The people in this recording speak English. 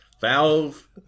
Valve